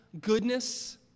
goodness